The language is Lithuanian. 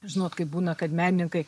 žinot kaip būna kad menininkai